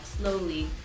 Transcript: slowly